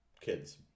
kids